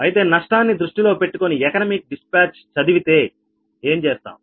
అయితే నష్టాన్ని దృష్టిలో పెట్టుకొని ఎకనామిక్ డిస్పాచ్ చదివితే ఏం చేస్తాం